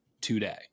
today